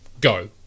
go